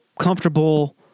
comfortable